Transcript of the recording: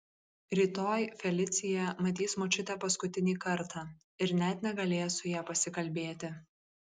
rytoj felicija matys močiutę paskutinį kartą ir net negalės su ja pasikalbėti